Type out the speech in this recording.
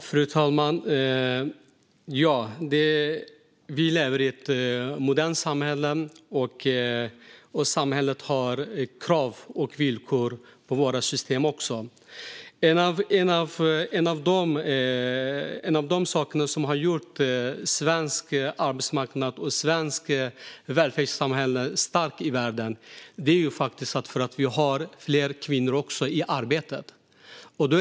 Fru talman! Vi lever i ett modernt samhälle. Samhället ställer krav och villkor för våra system. En av de saker som har gjort den svenska arbetsmarknaden och det svenska välfärdssamhället starka i världen är att vi har fler i arbete.